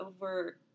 over